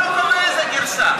איזו גרסה?